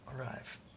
arrive